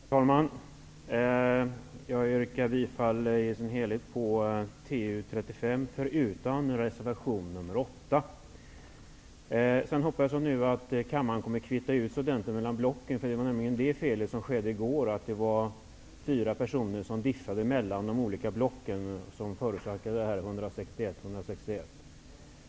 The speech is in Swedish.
Herr talman! Jag yrkar bifall till trafikutskottets hemställan i betänkande 35 i dess helhet, förutom att jag också yrkar bifall till reservation 8. Sedan hoppas jag att kammaren nu kommer att kvitta ut ordentligt mellan blocken. I går var det nämligen det förhållandet att det diffade fyra personer mellan blocken som förorsakade att det blev 161 röster mot 161.